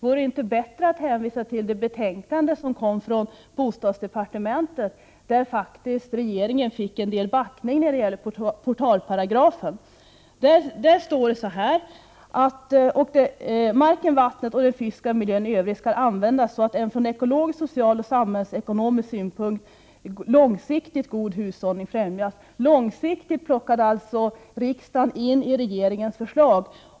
Vore det inte bättre att hänvisa till det betänkande som kom från bostadsdepartementet, där regeringen faktiskt fick en del backning när det gäller portalparagrafen? Det står där att marken, vattnet och den fysiska miljön i övrigt skall användas så att en från ekologisk, social och samhällsekonomisk synpunkt långsiktigt god hushållning främjas. Ordet ”långsiktigt” plockade alltså riksdagen in i regeringens förslag.